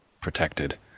protected